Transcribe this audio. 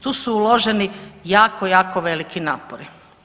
Tu su uloženi jako jako veliki napori.